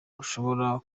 bushobora